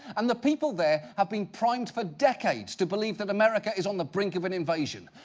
and the people there have been primed for decades to believe that america is on the brink of an invasion.